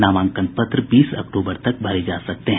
नामांकन पत्र बीस अक्टूबर तक भरे जा सकते हैं